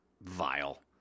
vile